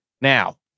now